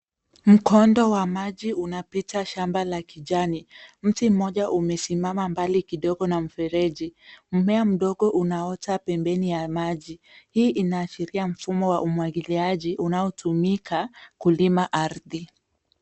Mkondo wa maji unapita shamba la kijani. Mti mmoja umesimama mbali kidogo na mfereji, mmea mdogo unaota pembeni ya maji. Hii inaashiria mfumo wa umwagiliaji unaotumika kulima ardhi.